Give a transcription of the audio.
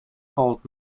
called